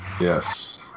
Yes